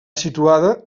situada